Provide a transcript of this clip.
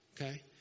Okay